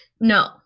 No